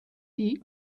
die